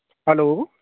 hello